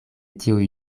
tiuj